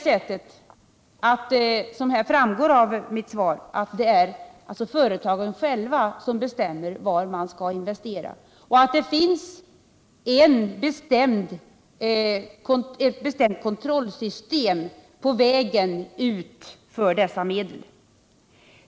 Som framgår av mitt svar är det företagen själva som bestämmer var de skall investera, och det finns ett bestämt kontrollsystem på vägen ut för dessa medel.